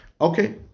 Okay